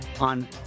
on